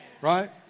Right